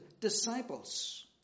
disciples